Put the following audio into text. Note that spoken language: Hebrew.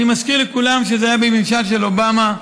אני מזכיר לכולם שזה היה בממשל של אובמה,